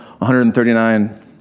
139